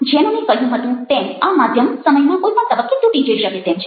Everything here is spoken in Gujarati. જેમ મેં કહ્યું હતું તેમ આ માધ્યમ સમયના કોઈ પણ તબક્કે તૂટી જઈ શકે તેમ છે